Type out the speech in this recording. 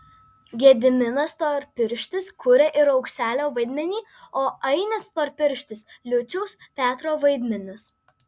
gediminas storpirštis kuria ir aukselio vaidmenį o ainis storpirštis liuciaus petro vaidmenis